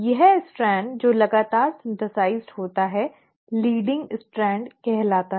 यह स्ट्रैंड जो लगातार संश्लेषित होता है अग्रणी स्ट्रैंड कहलाता है